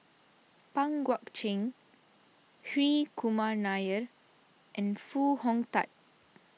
Pang Guek Cheng Hri Kumar Nair and Foo Hong Tatt